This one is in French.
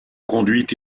conduite